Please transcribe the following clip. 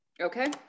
okay